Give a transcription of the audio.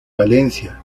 valencia